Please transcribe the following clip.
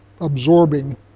absorbing